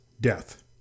death